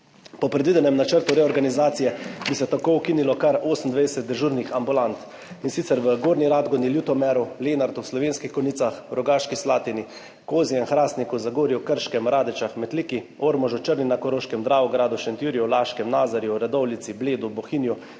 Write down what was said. Po predvidenem načrtu reorganizacije bi se tako ukinilo kar 28 dežurnih ambulant, in sicer v Gornji Radgoni, Ljutomeru, Lenartu, v Slovenskih Konjicah, v Rogaški Slatini, Kozjem, Hrastniku, Zagorju, Krškem, Radečah, Metliki, Ormožu, Črni na Koroškem, Dravogradu, Šentjurju, Laškem, Nazarjih, v Radovljici, na Bledu, v Bohinju,